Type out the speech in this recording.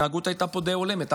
ההתנהגות פה הייתה די הולמת,